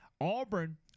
Auburn